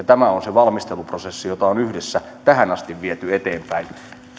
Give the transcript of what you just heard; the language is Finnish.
tämä on se valmisteluprosessi jota on yhdessä tähän asti viety eteenpäin